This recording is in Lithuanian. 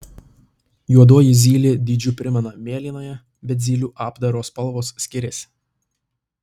juodoji zylė dydžiu primena mėlynąją bet zylių apdaro spalvos skiriasi